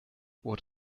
what